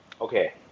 Okay